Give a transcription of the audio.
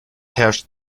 herrscht